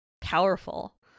powerful